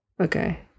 Okay